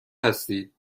هستید